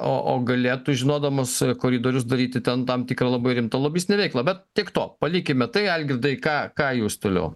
o o galėtų žinodamas koridorius daryti ten tam tikrą labai rimtą lobistinę veiklą bet tiek to palikime tai algirdai ką ką jūs toliau